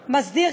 מסדיר,